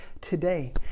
today